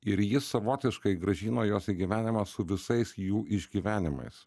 ir jis savotiškai grąžino juos į gyvenimą su visais jų išgyvenimais